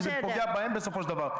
כי זה פוגע בהם בסופו של דבר.